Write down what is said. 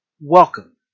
Welcome